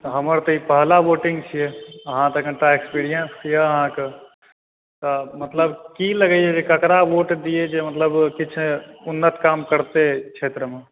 छियै अहाँके मतलब की लगै यऽ जे केकरा वोट दियै जे मतलब किछु उन्नत काम करतै क्षेत्रमे